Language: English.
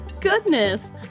goodness